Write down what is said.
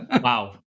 wow